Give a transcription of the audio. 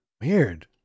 weird